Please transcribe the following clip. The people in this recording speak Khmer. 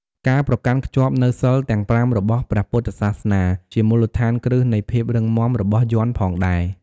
ការប្រកាន់ខ្ជាប់នូវសីលទាំង ៥ របស់ព្រះពុទ្ធសាសនា ជាមូលដ្ឋានគ្រឹះនៃភាពរឹងមាំរបស់យ័ន្តផងដែរ។